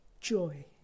joy